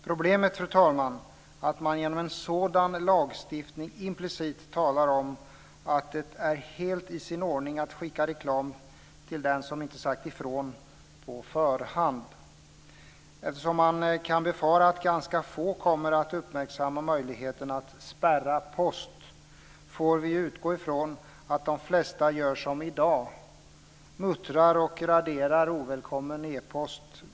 Problemet är, fru talman, att man genom en sådan lagstiftning implicit talar om att det är helt i sin ordning att skicka reklam till dem som inte sagt ifrån på förhand. Eftersom man kan befara att ganska få kommer att uppmärksamma möjligheten att spärra post får vi utgå från att de flesta gör som i dag: muttrar och raderar ovälkommen e-post.